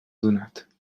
donat